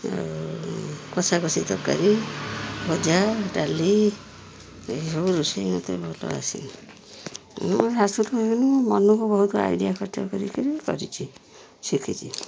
ଆଉ କଷାକଷି ତରକାରୀ ଭଜା ଡାଲି ଏସବୁ ରୋଷେଇ ମୋତେ ଭଲ ଆସେ ମୋ ଶାଶୁଠୁ ମୁଁ ମନକୁ ବହୁତ ଆଇଡ଼ିଆ ଖର୍ଚ୍ଚ କରିକିରି କରିଛି ଶିଖିଛି